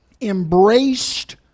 embraced